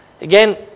Again